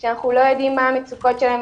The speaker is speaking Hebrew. שאנחנו לא יודעים מה המצוקות שלהם.